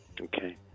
Okay